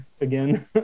again